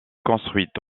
construite